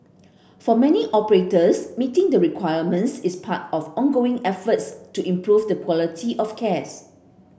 for many operators meeting the requirements is part of ongoing efforts to improve the quality of care